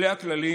אלה הכללים.